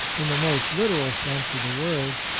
in the most literal sense of the word,